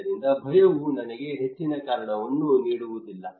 ಆದ್ದರಿಂದ ಭಯವು ನನಗೆ ಹೆಚ್ಚಿನ ಕಾರಣವನ್ನು ನೀಡುವುದಿಲ್ಲ